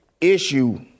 issue